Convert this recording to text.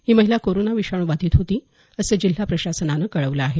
ही महिला कोरोना विषाणू बाधित होती असं जिल्हा प्रशासनानं कळवलं आहे